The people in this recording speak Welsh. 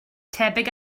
tebyg